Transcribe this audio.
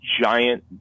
giant